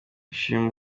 ashima